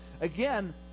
again